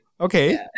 Okay